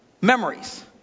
memories